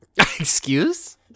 Excuse